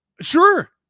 Sure